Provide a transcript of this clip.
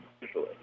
Usually